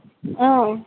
हां